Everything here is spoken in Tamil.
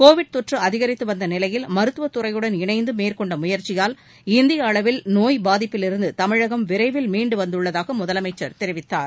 கோவிட் தொற்று அதிகரித்து வந்த நிலையில் மருத்துவ துறையுடன் இணைந்து மேற்கொண்ட முயற்சியால் இந்திய அளவில் நோய் பாதிப்பிலிருந்து தமிழகம் விரைவில் மீண்டு வந்துள்ளதாக முதலமைச்சர் தெரிவித்தார்